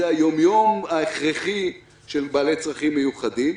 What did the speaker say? זה היום-יום ההכרחי של בעלי צרכים מיוחדים.